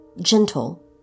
Gentle